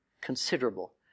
considerable